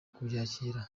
kubyakira